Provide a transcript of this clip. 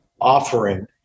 offering